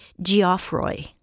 Geoffroy